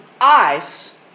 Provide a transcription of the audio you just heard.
ice